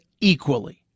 equally